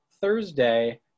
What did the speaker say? Thursday